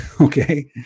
Okay